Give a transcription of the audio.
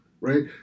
right